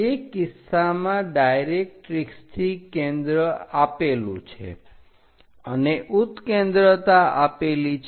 તે કિસ્સામાં ડાયરેક્ટરીક્ષથી કેન્દ્ર આપેલું છે અને ઉત્કેન્દ્રતા આપેલી છે